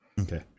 Okay